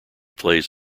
plays